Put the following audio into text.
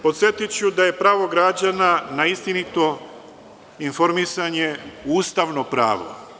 Podsetiću da je pravo građana na istinito informisanje ustavno pravo.